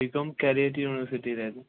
BCom Calicut യൂണിവേഴ്സിറ്റിയിലായിരുന്നു